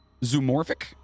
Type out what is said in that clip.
zoomorphic